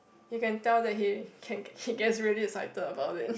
you can tell that he can he gets really excited about it